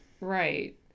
Right